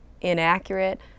inaccurate